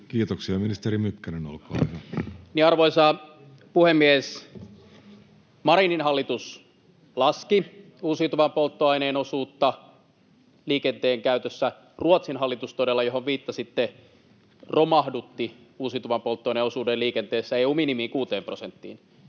Kiitoksia. — Ministeri Mykkänen, olkaa hyvä. Arvoisa puhemies! Marinin hallitus laski uusiutuvan polttoaineen osuutta liikenteen käytössä. Ruotsin hallitus, johon viittasitte, todella romahdutti uusiutuvan polttoaineen osuuden liikenteessä EU:n minimiin, kuuteen prosenttiin.